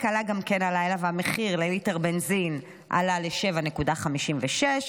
גם כן עלה הלילה והמחיר לליטר בנזין עלה ל-7.56 שקלים.